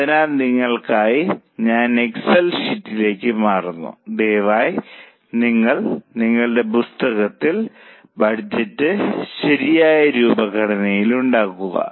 അതിനാൽ നിങ്ങൾക്കായി ഞാൻ എക്സൽ ഷീറ്റിലേക്ക് മാറുന്നു ദയവായി നിങ്ങൾ നിങ്ങളുടെ പുസ്തകത്തിൽ ബഡ്ജറ്റ് ശരിയായ രൂപ ഘടനയിൽ ഉണ്ടാക്കുക